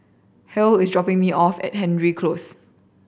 Hale is dropping me off at Hendry Close